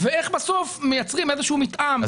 ואיך בסוף מייצרים איזשהו מתאם.